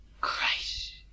Christ